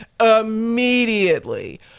Immediately